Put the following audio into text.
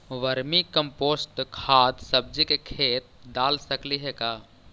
Vermi compost खाद सब्जी के खेत दाल सकली हे का?